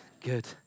good